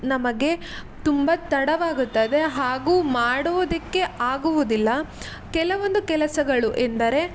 ನಮಗೆ ತುಂಬ ತಡವಾಗುತ್ತದೆ ಹಾಗೂ ಮಾಡುವುದಕ್ಕೆ ಆಗುವುದಿಲ್ಲ ಕೆಲವೊಂದು ಕೆಲಸಗಳು ಎಂದರೆ